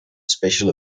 special